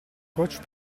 coach